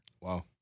Wow